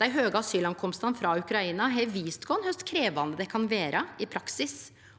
Dei høge asylinnkomstane frå Ukraina har vist oss kor krevjande det kan vere i praksis